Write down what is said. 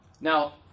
Now